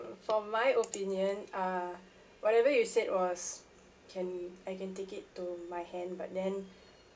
for my opinion uh whatever you said was can I can take it to my hand but then